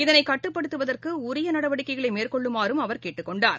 இதளைகட்டுப்படுத்துவதற்குஉரியநடவடிக்கைகளைமேற்கொள்ளுமாறுஅவர் கேட்டுக் கொண்டார்